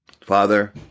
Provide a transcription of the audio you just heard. Father